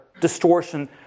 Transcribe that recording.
distortion